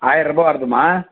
ஆயரரூபா வருதும்மா